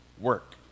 work